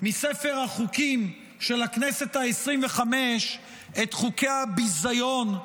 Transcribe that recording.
מספר החוקים של הכנסת העשרים-וחמש את חוקי הביזיון,